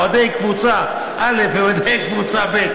אוהדי קבוצה א' ואוהדי קבוצה ב',